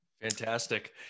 Fantastic